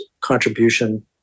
contribution